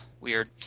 Weird